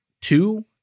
two